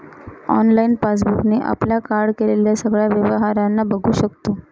online passbook ने आपल्या card केलेल्या सगळ्या व्यवहारांना बघू शकतो